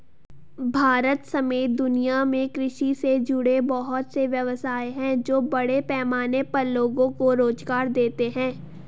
भारत समेत दुनिया में कृषि से जुड़े बहुत से व्यवसाय हैं जो बड़े पैमाने पर लोगो को रोज़गार देते हैं